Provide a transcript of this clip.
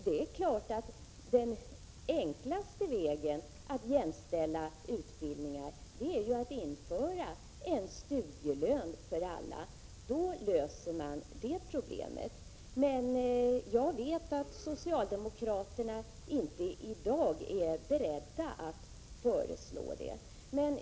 Det är klart att den enklaste vägen att jämställa utbildningar är att införa en studielön för alla; därmed löser man problemet. Men jag vet att socialdemokraterna inte i dag är beredda att föreslå den lösningen.